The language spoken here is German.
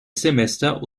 semester